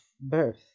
birth